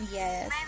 yes